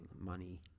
money